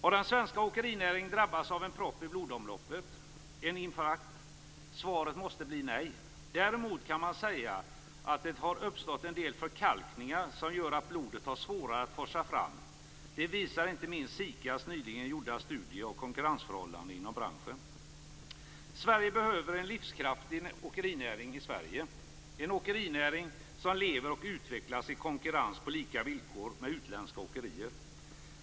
Har den svenska åkerinäringen drabbats av en propp i blodomloppet, en infarkt? Svaret måste bli nej. Däremot kan man säga att det har uppstått en del förkalkningar som gör att blodet har svårare att forsa fram. Det visar inte minst SIKA:s nyligen gjorda studie av konkurrensförhållandena inom branschen. Sverige behöver en livskraftig åkerinäring i Sverige - en åkerinäring som lever och utvecklas i konkurrens på lika villkor med utländska åkerier.